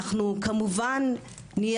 אנחנו כמובן,